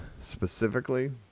specifically